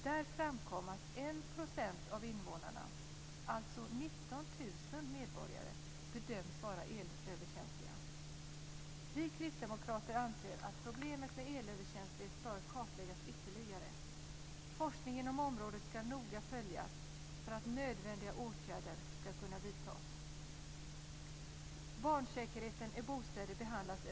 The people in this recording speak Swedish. Där framkom att 1,5 % av invånarna - alltså 19 000 medborgare - bedöms vara överkänsliga. Vi kristdemokrater anser att problemet med elöverkänslighet bör kartläggas ytterligare. Forskning inom området ska noga följas för att nödvändiga åtgärder ska kunna vidtas. 11.